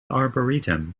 arboretum